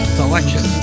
selection